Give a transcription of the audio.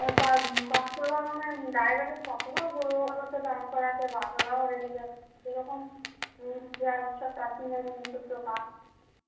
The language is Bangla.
বা বাস বাসওয়ালা মানে ড্রাইভারের কতবার বলব বলো তো দাঁড় করাতে বাসওয়ালাও রেগে যাচ্ছে কিরকম সব প্যাসেঞ্জার য়ে এসেছো